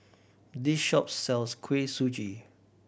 this shop sells Kuih Suji